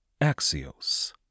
Axios